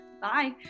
bye